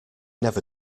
never